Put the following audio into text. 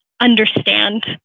understand